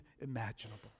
imaginable